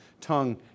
tongue